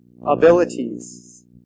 Abilities